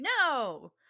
No